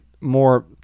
more